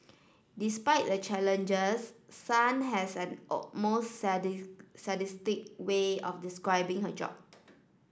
despite the challenges Sun has an almost sadistic way of describing her job